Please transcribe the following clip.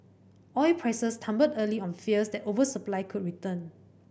oil prices tumbled early on fears that oversupply could return